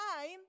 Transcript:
time